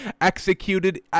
executed